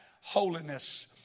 holiness